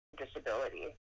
disability